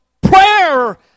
prayer